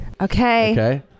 Okay